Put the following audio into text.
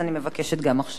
אז אני מבקשת גם עכשיו.